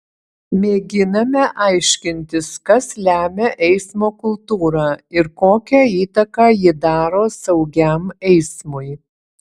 mėginame aiškintis kas lemia eismo kultūrą ir kokią įtaką ji daro saugiam eismui